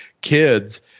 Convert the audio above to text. kids